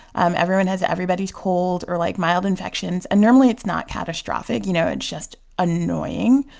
um everyone has everybody's cold or, like, mild infections. and normally, it's not catastrophic, you know? it's just annoying.